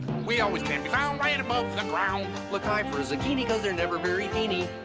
we always can be found right above the ground look high for a zucchini cause they're never very teeny